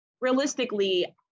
realistically